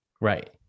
Right